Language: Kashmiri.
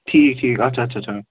ٹھیٖک ٹھیٖک اچھا اچھا اچھا